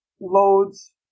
loads